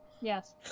Yes